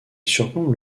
surplombe